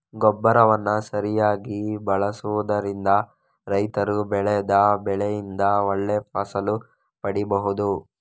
ಗೊಬ್ಬರವನ್ನ ಸರಿಯಾಗಿ ಬಳಸುದರಿಂದ ರೈತರು ಬೆಳೆದ ಬೆಳೆಯಿಂದ ಒಳ್ಳೆ ಫಸಲು ಪಡೀಬಹುದು